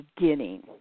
beginning